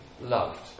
loved